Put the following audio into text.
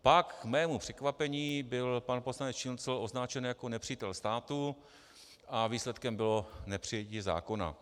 Pak k mému překvapení byl pan poslanec Šincl označen jako nepřítel státu a výsledkem bylo nepřijetí zákona.